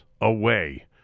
away